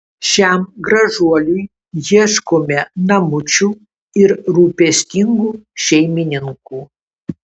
šiam gražuoliui ieškome namučių ir rūpestingų šeimininkų